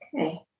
Okay